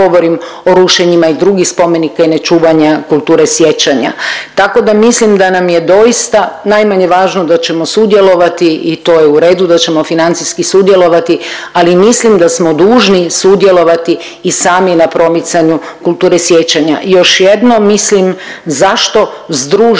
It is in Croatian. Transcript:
o rušenjima i drugih spomenika i ne čuvanja kulture sjećanja. Tako da mislim da nam je doista najmanje važno da ćemo sudjelovati i to je u redu, da ćemo financijski sudjelovati, ali mislim da smo dužni sudjelovati i sami na promicanju kulture sjećanja. I još jednom mislim zašto združeni